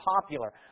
popular